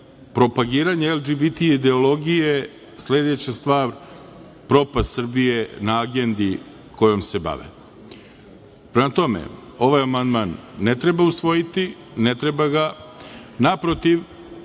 propagiranja LGBT ideologije sledeća stvar, propast Srbije na agendi kojom se bave. Prema tome, ovaj amandman ne treba usvojiti, ne treba ga, naprotiv,